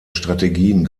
strategien